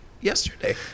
yesterday